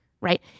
right